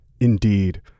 Indeed